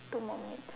two more minutes